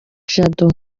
jado